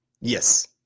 Yes